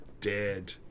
Dead